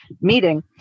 meeting